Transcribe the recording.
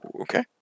okay